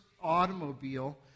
automobile